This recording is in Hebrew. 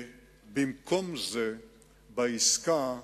במקום זה בעסקה,